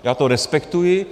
Já to respektuji.